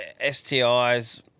STIs